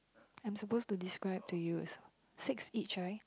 I'm suppose to describe to you is six each right